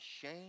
shame